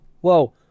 whoa